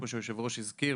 כמו שיושב הראש הזכיר,